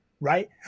Right